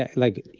ah like,